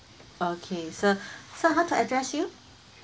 okay sir sir how to address you